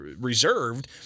reserved